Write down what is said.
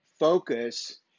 focus